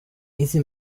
easy